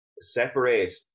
separate